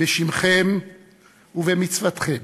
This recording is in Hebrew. בשמכם ובמצוותכם,